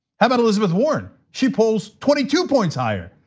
how about elizabeth warren? she polls twenty two points higher,